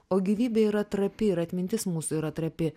o gyvybė yra trapi ir atmintis mūsų yra trapi